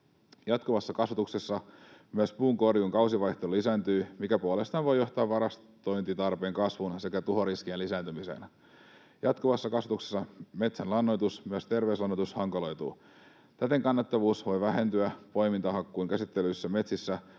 Jatkuvassa kasvatuksessa myös puunkorjuun kausivaihtelu lisääntyy, mikä puolestaan voi johtaa varastointitarpeen kasvuun sekä tuhoriskien lisääntymiseen. Jatkuvassa kasvatuksessa metsän lannoitus, myös terveyslannoitus, hankaloituu. Täten kannattavuus voi vähentyä poimintahakkuun käsittelyissä metsissä,